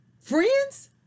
friends